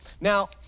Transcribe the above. Now